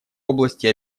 области